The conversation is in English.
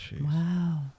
Wow